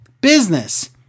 business